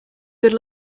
good